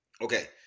Okay